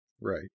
Right